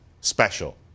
special